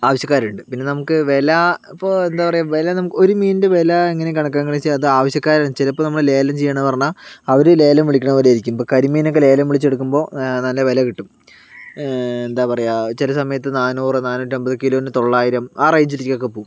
ആവശ്യക്കാരുണ്ട് പിന്നെ നമുക്ക് വില ഇപ്പൊൾ എന്താ പറയുക വില ഒരു മീനിൻറെ വില എങ്ങനെയാ കണക്കാക്കുകാന്നു വെച്ചാൽ അത് ആവശ്യക്കാരനുസരിച്ചു ചിലപ്പൊൾ ലേലം ചെയ്യാന് പറഞ്ഞാൽ അവര് ലേലം വിളിക്കുന്ന പോലെയായിരിക്കും ഇപ്പൊൾ കരിമീനൊക്കെ ലേലം വിളിച്ചെടുക്കുമ്പോൾ നല്ല വില കിട്ടും എന്താ പറയുക ചിലസമയത്തു നാന്നൂറ് നാന്നൂറ്റമ്പത് കിലോന് തൊള്ളായിരം ആ റേഞ്ചിലേക്കൊക്കെ പോകും